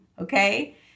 Okay